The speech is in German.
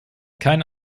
keinen